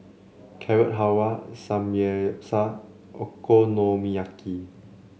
Carrot Halwa Samgeyopsal Okonomiyaki